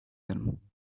them